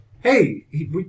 Hey